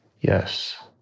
Yes